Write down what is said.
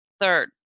Third